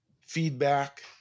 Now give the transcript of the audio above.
feedback